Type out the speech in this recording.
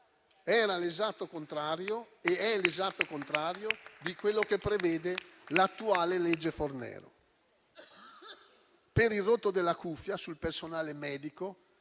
soldi. È l'esatto contrario di quello che prevede l'attuale legge Fornero. Per il rotto della cuffia, sul personale medico